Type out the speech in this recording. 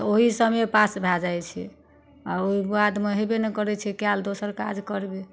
तऽ ओहि समय पास भए जाइ छै आ ओ बादमे होयबे नहि करैत छै काल्हि दोसर काज करबै